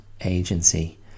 agency